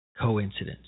coincidence